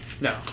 No